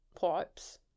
Pipes